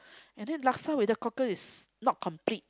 and then laksa without cockles is not complete